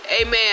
amen